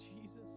Jesus